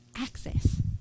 access